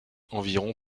environ